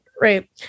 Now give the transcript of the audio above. Right